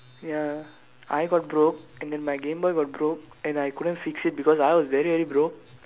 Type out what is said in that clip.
ya I got broke and then my game boy got broke and I couldn't fix it because I was very very broke